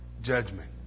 judgment